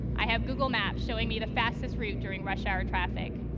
i have google maps showing me the fastest route during rush hour traffic.